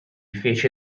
fece